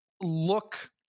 Look